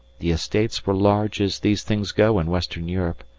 the estates were large as these things go in western europe,